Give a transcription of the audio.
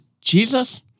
Jesus